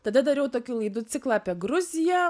tada dariau tokių laidų ciklą apie gruziją